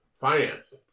finance